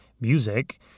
music